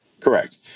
Correct